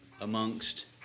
amongst